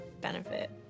benefit